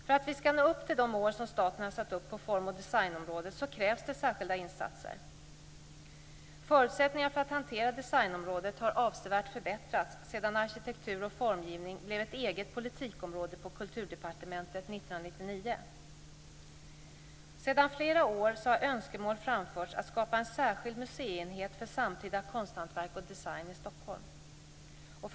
För att vi ska nå upp till de mål som staten har satt upp på form och designområdet krävs det särskilda insatser. Förutsättningarna för att hantera designområdet har avsevärt förbättrats sedan arkitektur och formgivning blev ett eget politikområde på Kulturdepartementet 1999. Sedan flera år tillbaka har önskemål framförts om skapande av en särskild museienhet för samtida konsthantverk och design i Stockholm.